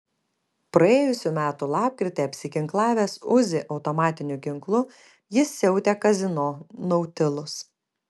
praėjusių metų lapkritį apsiginklavęs uzi automatiniu ginklu jis siautė kazino nautilus